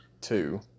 two